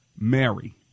Mary